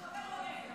הארכי-מחבל.